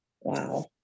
wow